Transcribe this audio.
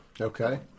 okay